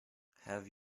have